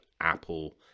apple